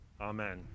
Amen